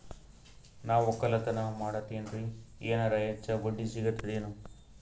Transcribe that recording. ನಾ ಒಕ್ಕಲತನ ಮಾಡತೆನ್ರಿ ಎನೆರ ಹೆಚ್ಚ ಬಡ್ಡಿ ಸಿಗತದೇನು?